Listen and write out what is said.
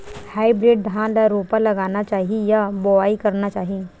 Hybrid धान ल रोपा लगाना चाही या बोआई करना चाही?